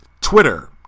Twitter